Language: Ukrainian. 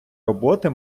роботи